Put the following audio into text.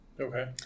Okay